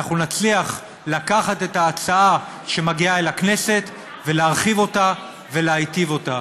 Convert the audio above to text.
אנחנו נצליח לקחת את ההצעה שמגיעה אל הכנסת ולהרחיב אותה ולהיטיב אותה.